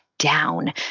Down